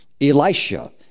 Elisha